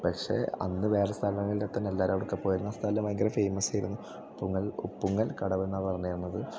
പക്ഷേ അന്ന് വേറെ സ്ഥലമില്ലാത്തന്നെ എല്ലാരവ്ടക്കാ പോയിരുന്നത് സ്ഥലം ഭയങ്കര ഫേയ്മസായിരുന്നു ഉപ്പുങ്കൽ ഉപ്പുങ്കൽ കടവെന്നാണ് പറഞ്ഞിരുന്നത്